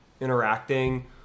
interacting